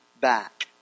back